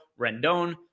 Rendon